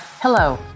Hello